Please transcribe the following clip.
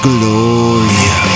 Gloria